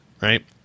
right